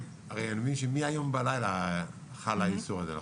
אני מבין שמהיום בלילה חל האיסור הזה.